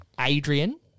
Adrian